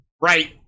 Right